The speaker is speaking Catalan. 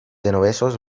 genovesos